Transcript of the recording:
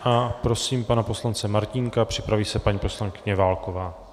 A prosím pana poslance Martínka, připraví se paní poslankyně Válková.